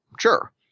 Sure